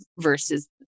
versus